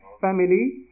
family